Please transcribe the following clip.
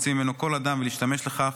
להוציא ממנו כל אדם ולהשתמש לכך